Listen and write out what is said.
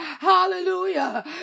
Hallelujah